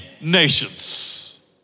nations